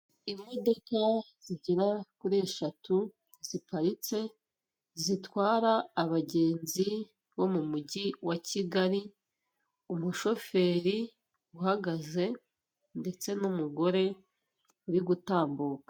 Imodoka zigera kuri eshatu ziparitse zitwara abagenzi bo mu mujyi wa Kigali, umushoferi uhagaze ndetse n'umugore uri gutambuka.